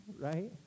Right